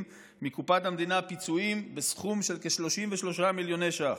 מקופת המדינה בסכום של כ-33 מיליוני שקל,